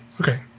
okay